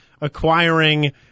acquiring